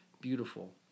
beautiful